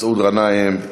מסעוד גנאים,